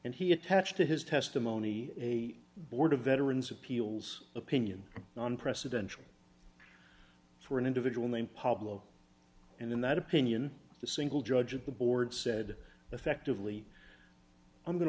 and he attached to his testimony a board of veterans appeals opinion non presidential for an individual named pablo and in that opinion the single judge of the board said effectively i'm going